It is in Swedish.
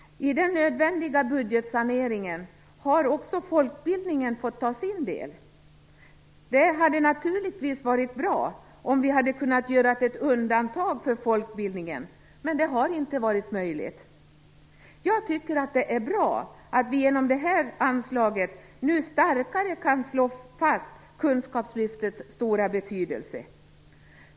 I den nödvändiga budgetsaneringen har också folkbildningen fått ta sin del. Det hade naturligtvis varit bra om vi hade kunnat göra ett undantag för folkbildningen, men det har inte varit möjligt. Jag tycker att det är bra att vi genom det här anslaget nu starkare kan slå fast Kunskapslyftets stora betydelse.